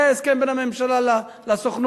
זה ההסכם בין הממשלה לסוכנות.